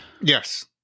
Yes